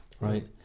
Right